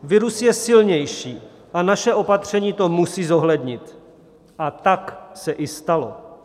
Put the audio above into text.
Virus je silnější a naše opatření to musí zohlednit, a tak se i stalo.